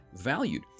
valued